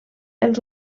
els